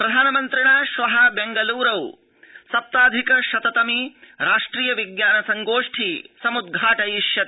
प्रधानमन्त्रिणा श्व बेंगलूरौ सप्ताधिक शत तमी राष्ट्रिय विज्ञान संगोष्ठी समुद्घाटयिष्यते